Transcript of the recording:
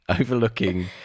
overlooking